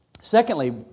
Secondly